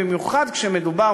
במיוחד כשמדובר,